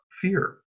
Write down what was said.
fear